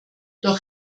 doch